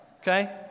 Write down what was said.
okay